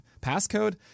passcode